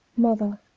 mother,